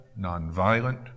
nonviolent